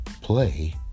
Play